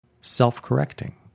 self-correcting